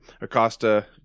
Acosta